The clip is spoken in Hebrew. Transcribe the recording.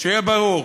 שיהיה ברור,